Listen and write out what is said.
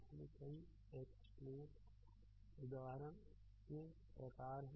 इसलिए कई explain उदाहरण उदाहरण के प्रकार हैं